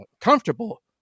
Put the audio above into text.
comfortable